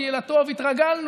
כי אל הטוב התרגלנו,